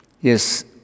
yes